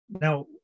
Now